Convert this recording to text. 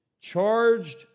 charged